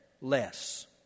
less